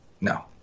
No